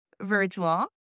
virtual